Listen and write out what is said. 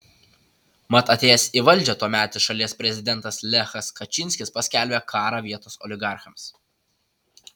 mat atėjęs į valdžią tuometis šalies prezidentas lechas kačynskis paskelbė karą vietos oligarchams